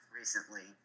recently